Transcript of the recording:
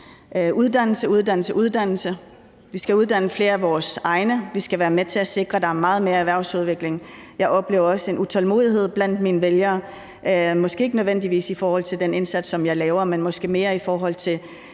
uddannelse, uddannelse og uddannelse. Vi skal uddanne flere af vores egne, vi skal være med til at sikre, at der er meget mere erhvervsudvikling. Jeg oplever også en utålmodighed blandt mine vælgere, måske ikke nødvendigvis i forhold til den indsats, som jeg gør, men måske mere i forhold til